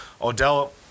Odell